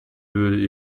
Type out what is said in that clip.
würde